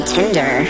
Tinder